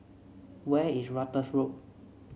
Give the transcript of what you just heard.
where is Ratus Road